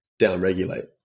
downregulate